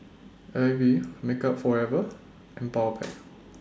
AIBI Makeup Forever and Powerpac